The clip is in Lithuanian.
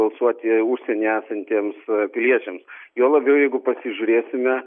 balsuoti užsienyje esantiems piliečiams juo labiau jeigu pasižiūrėsime